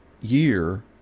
year